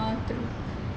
ya true